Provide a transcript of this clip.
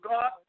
God